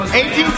18